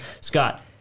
Scott